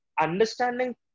understanding